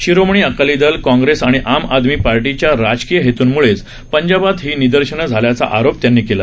शिरोमणी अकाली दल काँग्रेस आणि आम आदमी पार्टीच्या राजकीय हेतूंमुळेच पंजाबात ही निदर्शनं झाल्याचा आरोप त्यांनीं केला